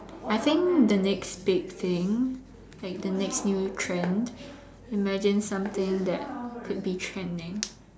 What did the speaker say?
I think the next big thing like the next new trend imagine something that could be trending